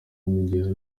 ubuhahirane